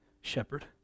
shepherd